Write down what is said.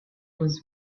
was